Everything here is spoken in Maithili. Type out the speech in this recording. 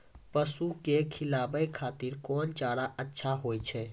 पसु के खिलाबै खातिर कोन चारा अच्छा होय छै?